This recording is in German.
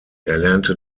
erlernte